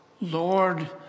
Lord